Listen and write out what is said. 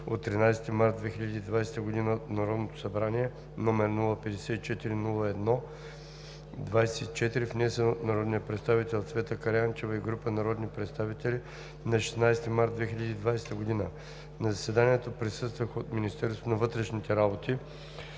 от 13 март 2020 г. от Народното събрание, № 054-01-24, внесен от народния представител Цвета Караянчева и група народни представители на 16 март 2020 г. На заседанието присъстваха от Министерството на вътрешните работи